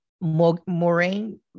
Moraine